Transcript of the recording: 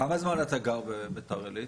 כמה זמן אתה גר בביתר עילית?